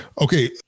Okay